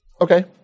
Okay